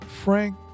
Frank